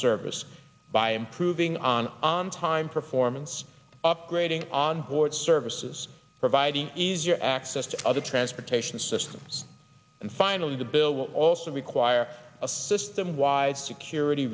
service by improving on on time performance upgrading onboard services providing easier access to other transportation systems and finally the bill will also require a system wide security